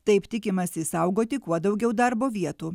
taip tikimasi išsaugoti kuo daugiau darbo vietų